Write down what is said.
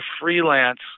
freelance